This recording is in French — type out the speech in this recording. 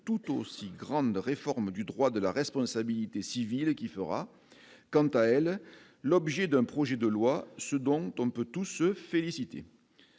toute aussi grande réforme du droit de la responsabilité civile qui fera quant à elle l'objet d'un projet de loi, ce dont on peut tous se féliciter,